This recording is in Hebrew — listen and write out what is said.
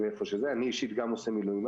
אני אישית גם עושה מילואים.